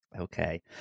Okay